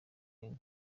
gang